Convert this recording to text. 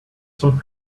some